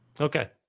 Okay